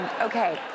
Okay